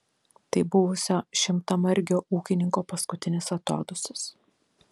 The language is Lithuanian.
tai buvusio šimtamargio ūkininko paskutinis atodūsis